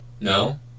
No